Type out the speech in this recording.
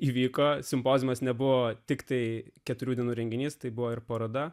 įvyko simpoziumas nebuvo tiktai keturių dienų renginys tai buvo ir paroda